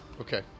Okay